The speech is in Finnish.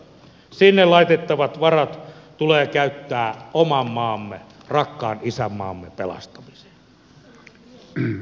sinne laitettavat varat tulee käyttää oman maamme rakkaan isänmaamme pelastamiseen